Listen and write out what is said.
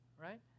Right